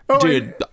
Dude